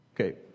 Okay